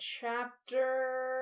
chapter-